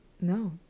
No